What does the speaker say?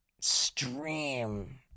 stream